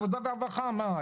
העבודה והרווחה, למה?